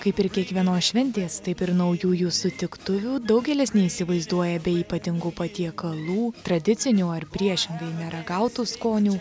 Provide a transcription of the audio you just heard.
kaip ir kiekvienos šventės taip ir naujųjų sutiktuvių daugelis neįsivaizduoja be ypatingų patiekalų tradicinių ar priešingai neragautų skonių